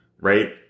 right